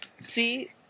See